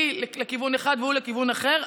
היא לכיוון אחד והוא לכיוון אחר,